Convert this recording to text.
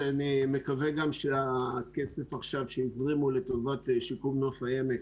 גם אני מקווה שהכסף עכשיו שיזרימו לטובת שיקום נוף העמק,